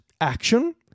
action